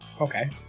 Okay